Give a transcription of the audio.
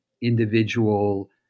individual